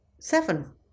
Seven